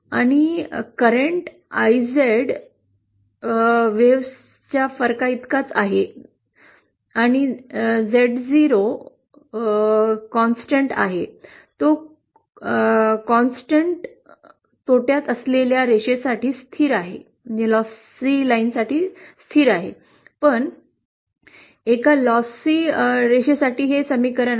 आणि current I Z 2 लाटांच्या फरकाइतकाच आहे आणि Z0 कॉन्स्टंट आहे तो कॉन्स्टंट तोट्यात असलेल्या रेषेसाठी स्थिर आहे पण एका लॉसी रेषेसाठी हे समीकरण आहे